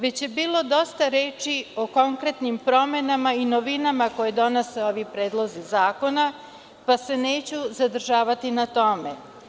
Već je bilo dosta reči o konkretnim promenama i novinama koje donose ovi predlozi zakona, pa se neću zadržavati na tome.